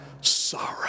sorrow